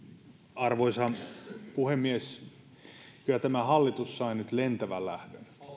arvoisa puhemies kyllä tämä hallitus sai nyt lentävän lähdön